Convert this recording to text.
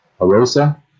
Arosa